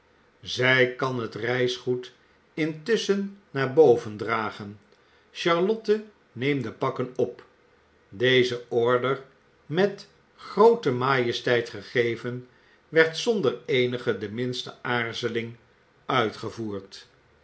zij kan het reisgoed intusschen naar boven dragen char otte neem de pakken op deze order met groote majesteit gegeven werd zonder eenige de minste aarzeling uitgeolivier